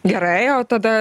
gerai o tada